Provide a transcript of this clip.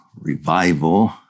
revival